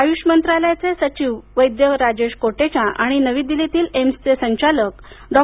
आयुष मंत्रालयाचे सचिव वैद्य राजेश कोटेचा आणि नवी दिल्लीतील एम्सचे संचालक डॉ